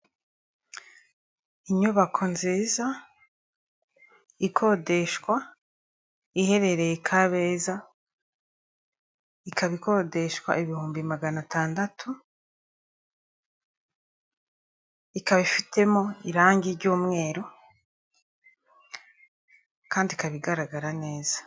Inyubako nziza, ikodeshwa, iherereye Kabeza, ikaba ikodeshwa ibihumbi magana atandatu, ikaba ifitemo irange ry'umweru, kandi ikaba igaragara neza.